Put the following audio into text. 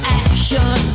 action